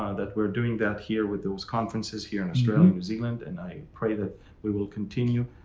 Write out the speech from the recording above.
ah that we're doing that here with those conferences here in zealand, and i pray that we will continue.